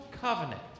covenant